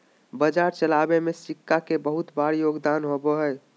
बाजार चलावे में सिक्का के बहुत बार योगदान होबा हई